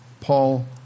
Paul